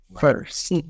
first